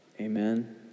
amen